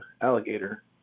alligator